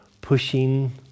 pushing